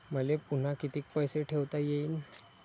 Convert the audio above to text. मले पुन्हा कितीक पैसे ठेवता येईन?